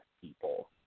people